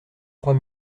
trois